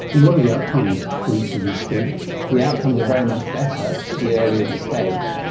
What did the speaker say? and what are the outcomes for each of these stages? the outcomes are very much better the earlier the stage.